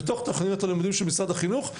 בתוך תוכניות הלימודים של משרד החינוך.